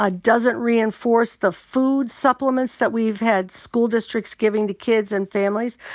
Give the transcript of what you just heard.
ah doesn't reinforce the food supplements that we've had school districts giving to kids and families.